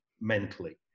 mentally